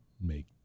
make